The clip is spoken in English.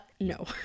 no